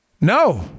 No